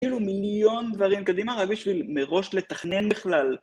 כאילו מיליון דברים. קדימה רק בשביל מראש לתכנן בכלל.